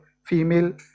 Female